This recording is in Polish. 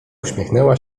uśmiechnęła